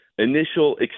initial